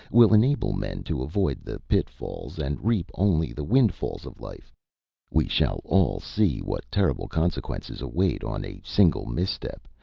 will enable men to avoid the pitfalls and reap only the windfalls of life we shall all see what terrible consequences await on a single misstep,